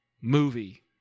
movie